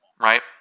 right